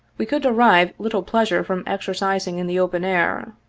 we could derive little pleasure from exercising in the open air.